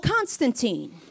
Constantine